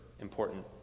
important